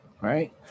Right